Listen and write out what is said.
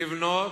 לבנות,